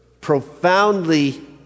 profoundly